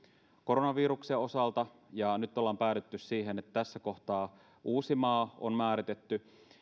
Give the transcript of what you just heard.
koronaviruksen osalta nyt ollaan päädytty siihen että tässä kohtaa uusimaa on määritetty